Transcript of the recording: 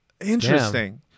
interesting